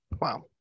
wow